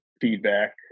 feedback